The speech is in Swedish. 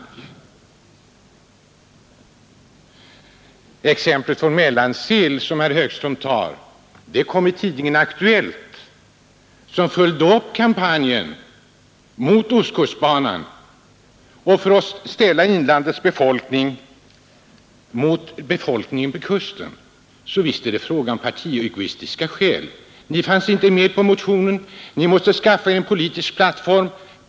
Det exempel från Mellansel som herr Högström tog upp kom från tidningen Aktuellt . Den följde upp kampanjen mot ostkustbanan och syftade till att ställa inlandets befolkning mot befolkningen vid kusten. Visst är det fråga om partiegoistiska skäl. Ni i SAP fanns inte med på motionen. Ni måste skaffa er en politisk plattform.